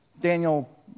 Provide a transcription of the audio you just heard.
Daniel